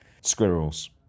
Squirrels